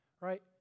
right